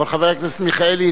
אבל חבר הכנסת מיכאלי,